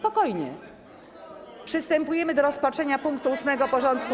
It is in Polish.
Przystępujemy do rozpatrzenia punktu 8. porządku.